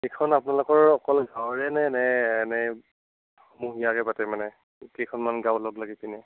এইখন আপোনালোকৰ অকল গাঁৱৰে নে ইনেই সমূহীয়াকৈ পাতে মানে কেইখনমান গাঁও লগলাগি পিনেই